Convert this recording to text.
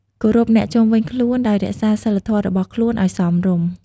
គោរពអ្នកជុំវិញខ្លួន ដោយរក្សាសីលធម៌របស់ខ្លួន ឲ្យសមរម្យ។